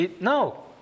No